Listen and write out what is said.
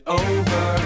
over